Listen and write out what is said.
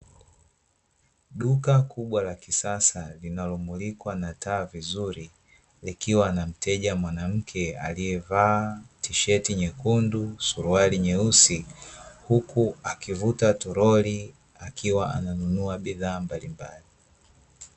Duka kubwa la kisasa, linalomulikwa na taa vizuri, likiwa na mteja mwanamke aliyevaa tisheti nyekundu, suruali nyeusi, huku akivuta toroli akiwa ananunua bidhaa mbalimbali.